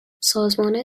سازمان